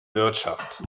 wirtschaft